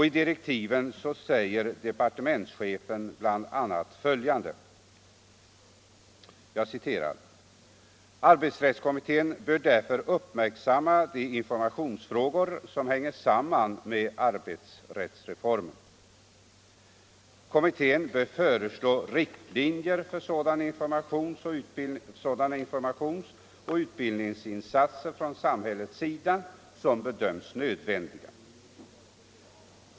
I direktiven säger departementschefen bl.a. följande: 83 ”Arbetsrättskommittén bör därför uppmärksamma de informationsfrågor som hänger samman med arbetsrättsreformen. Kommittén bör föreslå riktlinjer för sådana informationsoch utbildningsinsatser från samhällets sida som bedöms nödvändiga.